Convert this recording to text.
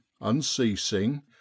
unceasing